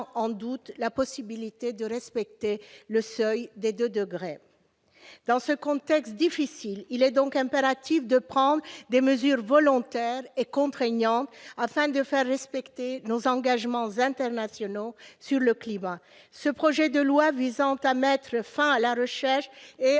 en doute la possibilité de respecter le seuil de 2°C. Dans ce contexte difficile, il est impératif de prendre des mesures volontaires et contraignantes, afin de faire respecter nos engagements internationaux sur le climat. Ce projet de loi, visant à mettre fin à la recherche et